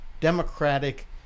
democratic